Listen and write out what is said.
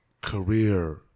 career